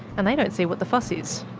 and they don't see what the fuss is.